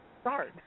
start